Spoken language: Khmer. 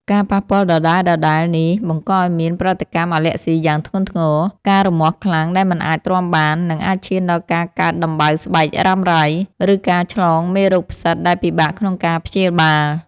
ការប៉ះពាល់ដដែលៗនេះបង្កឱ្យមានប្រតិកម្មអាឡែស៊ីយ៉ាងធ្ងន់ធ្ងរ ការរមាស់ខ្លាំងដែលមិនអាចទ្រាំបាន និងអាចឈានដល់ការកើតដំបៅស្បែករ៉ាំរ៉ៃ ឬការឆ្លងមេរោគផ្សិតដែលពិបាកក្នុងការព្យាបាល។